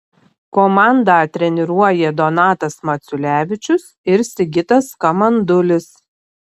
komandą treniruoja donatas maciulevičius ir sigitas kamandulis